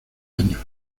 años